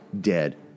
dead